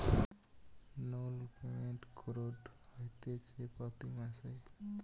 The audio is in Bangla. লোন পেমেন্ট কুরঢ হতিছে প্রতি মাসে